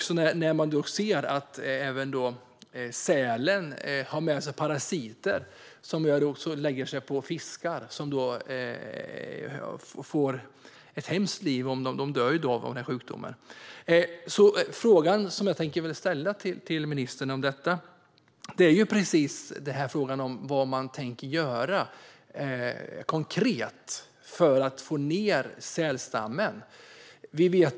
Sälarna för även med sig parasiter som sprider sig till fiskar, som dör av sjukdomen. Frågan som jag tänker ställa till ministern är vad man konkret tänker göra för att få ned sälstammen.